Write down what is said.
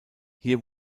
hier